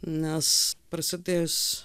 nes prasidėjus